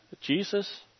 Jesus